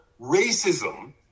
racism